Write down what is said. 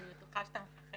אני בטוחה שאתה מפחד.